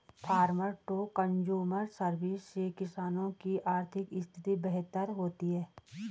farmer to consumer service से किसानों की आर्थिक स्थिति बेहतर होती है